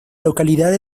localidad